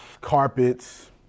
carpets